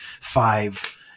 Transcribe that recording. five